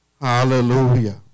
Hallelujah